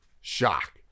shock